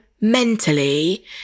mentally